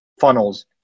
funnels